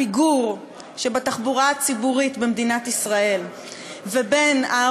הפיגור בתחבורה הציבורית במדינת ישראל ובין מספר